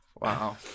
Wow